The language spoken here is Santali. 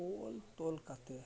ᱚᱞ ᱛᱚᱞ ᱠᱟᱛᱮ